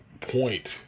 point